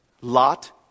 Lot